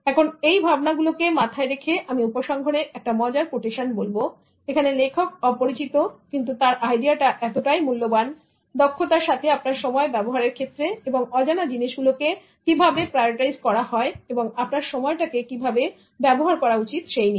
এখন এই ভাবনাগুলো মাথা রেখে আমি উপসংহারে একটা মজার কোটেশন বলবো লেখক অপরিচিত কিন্তু তার আইডিয়াটা এতটাই মূল্যবান দক্ষতার সাথে আপনার সময় ব্যবহারের ক্ষেত্রে এবং অজানা জিনিস গুলো কে কিভাবে prioritize করা হয় এবং আপনার সময়টাকে কিভাবে ব্যবহার করা উচিত সেই নিয়ে